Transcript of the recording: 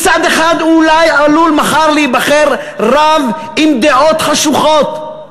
מצד אחד אולי עלול מחר להיבחר רב עם דעות חשוכות,